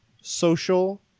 social